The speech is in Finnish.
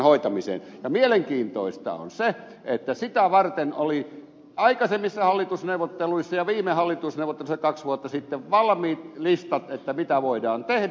ja mielenkiintoista on se että sitä varten oli aikaisemmissa hallitusneuvotteluissa ja viime hallitusneuvotteluissa kaksi vuotta sitten valmiit listat siitä mitä voidaan tehdä